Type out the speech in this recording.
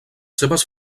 seves